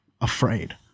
afraid